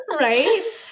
Right